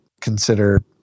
consider